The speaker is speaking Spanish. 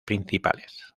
principales